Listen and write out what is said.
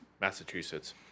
Massachusetts